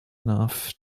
enough